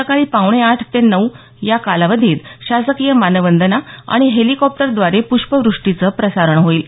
सकाळी पावणे आठ ते नऊ या कालावधीत शासकीय मानवंदना आणि हेलिकॉप्टरद्वारे प्ष्पवृष्टीचं प्रसारण होईल